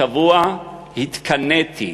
השבוע התקנאתי